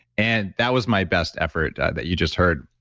and that was my best effort that you just heard.